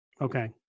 Okay